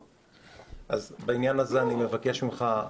אז בעניין הזה אני מבקש ממך.